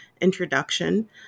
introduction